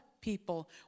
people